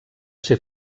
ser